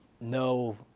no